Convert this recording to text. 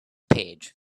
page